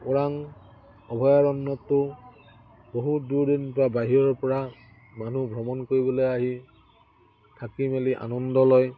ওৰাং অভয়াৰণ্যতটো বহুত দূৰ দূৰণি পৰা বাহিৰৰ পৰা মানুহ ভ্ৰমণ কৰিবলৈ আহি থাকি মেলি আনন্দ লয়